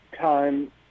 time